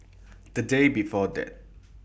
The Day before that